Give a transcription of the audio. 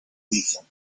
lethal